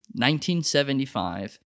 1975